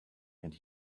and